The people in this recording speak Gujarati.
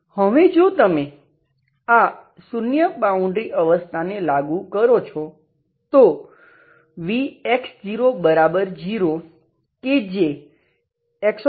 હવે જો તમે આ શૂન્ય બાઉન્ડ્રી અવસ્થા ને લાગુ કરો છો તો vx00 કે જે Xx